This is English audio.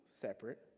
separate